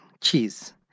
cheese